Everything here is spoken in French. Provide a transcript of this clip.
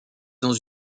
dans